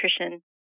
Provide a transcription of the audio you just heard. nutrition